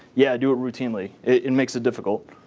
yeah, do it routinely. it makes it difficult.